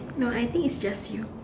no I think is just you